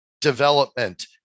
development